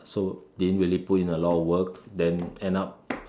so didn't really put in a lot of work then end up